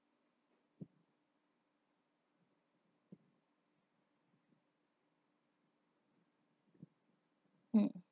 mm